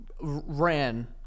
ran